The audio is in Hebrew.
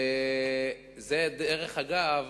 ודרך אגב,